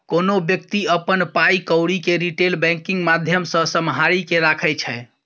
कोनो बेकती अपन पाइ कौरी केँ रिटेल बैंकिंग माध्यमसँ सम्हारि केँ राखै छै